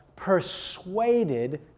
Persuaded